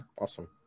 Awesome